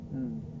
mm